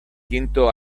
quinto